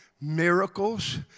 miracles